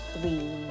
three